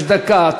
יש דקה,